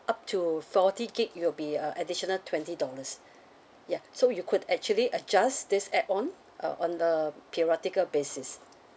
up to forty gigabyte it'll be a additional twenty dollars ya so you could actually adjust this add on uh on a theoretical basis